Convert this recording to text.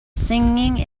singing